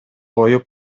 коюп